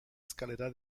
escalera